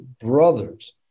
brothers